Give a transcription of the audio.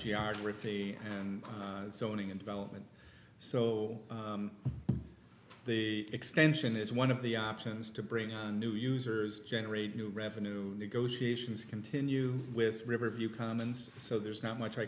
geography and zoning in development so the extension is one of the options to bring on new users generate new revenue negotiations continue with riverview commons so there's not much i